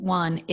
one